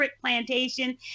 Plantation